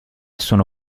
sono